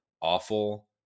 awful